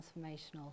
transformational